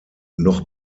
noch